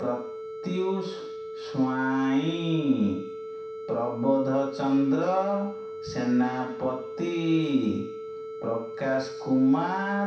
Pratyush Swain Prabodh Chandra Senapati Prakash Kumar